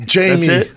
Jamie